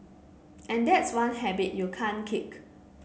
and that's one habit you can't kick